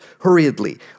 hurriedly